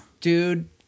dude